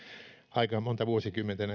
aika monta vuosikymmentä